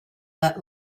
let